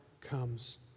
comes